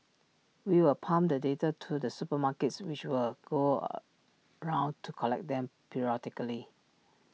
we will pump the data to the supermarkets which will go A round to collect them periodically